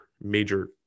major